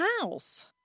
house